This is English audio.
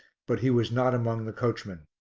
but he was not among the coachmen.